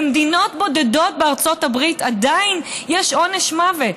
במדינות בודדות בארצות הברית עדיין יש עונש מוות.